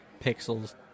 pixels